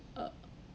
uh